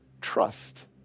trust